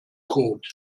code